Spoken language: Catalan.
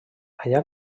allà